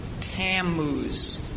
Tammuz